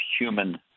human